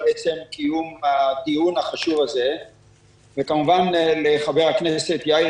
על עצם קיום הדיון החשוב הזה וכמובן לחבר הכנסת יאיר